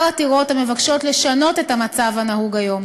כמה עתירות המבקשות לשנות את המצב הנהוג היום: